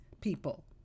people